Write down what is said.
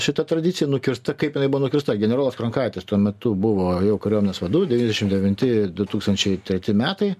šita tradicija nukirsta kaip jinai buvo nukirsta generolas kronkaitis tuo metu buvo jau kariuomenės vadu devyniasdešim devinti du tūkstančiai treti metai